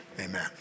amen